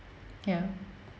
ya